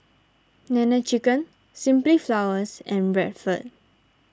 Nene Chicken Simply Flowers and Bradford